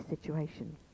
situation